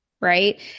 right